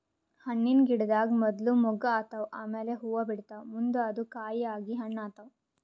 ಹಣ್ಣಿನ್ ಗಿಡದಾಗ್ ಮೊದ್ಲ ಮೊಗ್ಗ್ ಆತವ್ ಆಮ್ಯಾಲ್ ಹೂವಾ ಬಿಡ್ತಾವ್ ಮುಂದ್ ಅದು ಕಾಯಿ ಆಗಿ ಹಣ್ಣ್ ಆತವ್